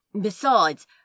Besides